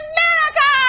America